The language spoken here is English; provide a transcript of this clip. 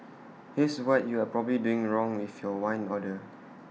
here's what you are probably doing wrong with your wine order